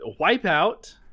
Wipeout